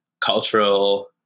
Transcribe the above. cultural